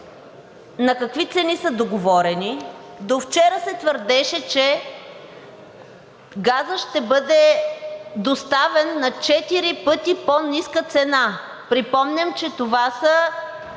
на какви цени са договорени, довчера се твърдеше, че газът ще бъде доставен на четири пъти по-ниска цена. Припомням, че това са